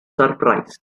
surprised